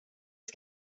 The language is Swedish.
ska